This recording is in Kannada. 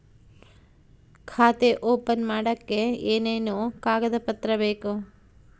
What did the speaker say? ಖಾತೆ ಓಪನ್ ಮಾಡಕ್ಕೆ ಏನೇನು ಕಾಗದ ಪತ್ರ ಬೇಕು?